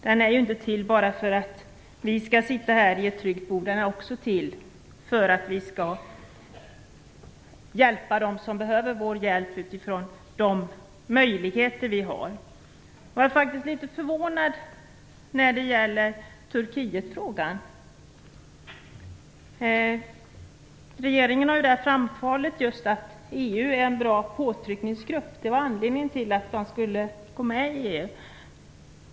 Den är inte till bara för att vi skall kunna sitta tryggt, utan den är också till för att vi utifrån de möjligheter som vi har skall hjälpa dem som behöver vår hjälp. Jag är faktiskt litet förvånad när det gäller frågan om Turkiet. Regeringen har framhållit att EU är en bra påtryckningsgrupp. Det var anledningen till att Turkiet skulle komma med i EU.